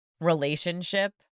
relationship